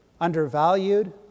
undervalued